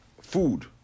food